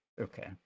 okay